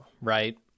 Right